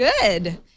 Good